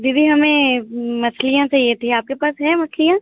दीदी हमें मछलियाँ चाहिए थीं आपके पास हैं मछलियाँ